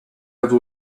have